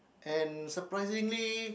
and surprisingly